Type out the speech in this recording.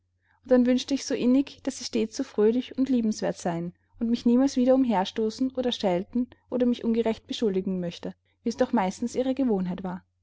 und dann wünschte ich so innig daß sie stets so fröhlich und liebenswert sein und mich niemals wieder umherstoßen oder schelten oder mich ungerecht beschuldigen möchte wie es doch meistens ihre gewohnheit war